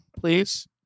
please